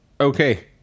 okay